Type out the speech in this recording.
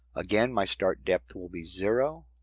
again my start depth will be zero